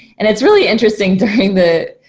and it's really interesting during the,